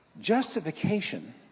justification